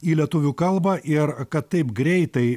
į lietuvių kalbą ir kad taip greitai